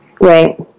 Right